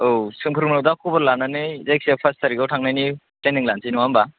औ सोमखोरमोननाव दा खबर लानानै जायखिजाया पास तारिखाव थांनायनि प्लेनिं लानोसै नङा होनबा